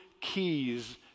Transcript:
keys